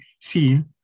seen